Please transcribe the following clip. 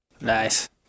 Nice